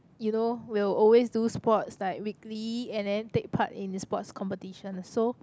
you know will always do sports like weekly and then take part in sports competitions so